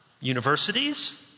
universities